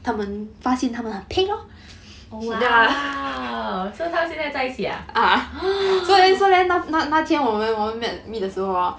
oh !wow! so 她现在在一起 ah